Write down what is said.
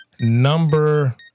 number